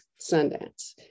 Sundance